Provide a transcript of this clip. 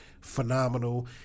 phenomenal